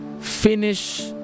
finish